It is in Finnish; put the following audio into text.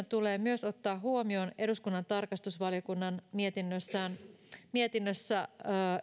tulee myös ottaa huomioon eduskunnan tarkastusvaliokunnan mietinnössä